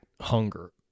hunger